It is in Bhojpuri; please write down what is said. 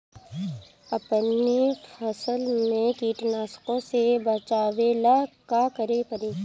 अपने फसल के कीटनाशको से बचावेला का करे परी?